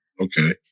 Okay